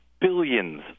billions